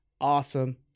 Awesome